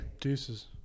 Deuces